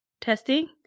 testing